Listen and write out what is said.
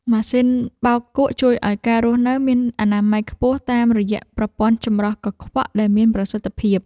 ម៉ាស៊ីនបោកគក់ជួយឱ្យការរស់នៅមានអនាម័យខ្ពស់តាមរយៈប្រព័ន្ធចម្រោះកខ្វក់ដែលមានប្រសិទ្ធភាព។